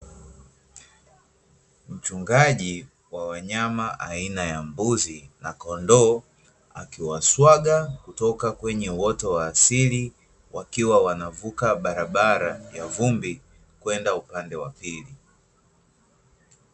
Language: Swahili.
Mchungaji wa wanyama aina ya mbuzi na kondoo akiwaswaga kutoka kwenye uoto wa asili, wakiwa wanavuka barabara ya vumbi kwenda upande wa pili.